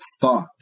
thought